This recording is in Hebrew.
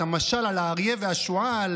את המשל על האריה והשועל.